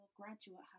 graduate